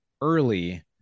early